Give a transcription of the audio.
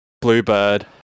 Bluebird